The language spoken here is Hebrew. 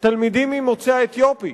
תלמידים ממוצא אתיופי